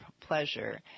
pleasure